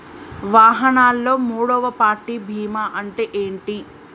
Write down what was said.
వాహనాల్లో మూడవ పార్టీ బీమా అంటే ఏంటి?